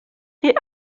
die